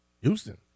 Houston